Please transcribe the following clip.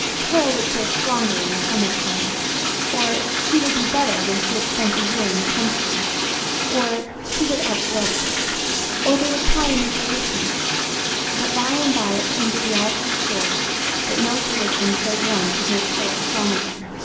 carol would feel stronger in the summer-time or, she would be better when she had spent a year in the country or, she would outgrow it or, they would try a new physician but by and by it came to be all too sure that no physician save one could make carol strong again,